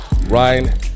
Ryan